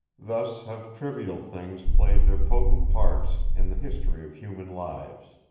thus have trivial things played their potent parts in the history of human lives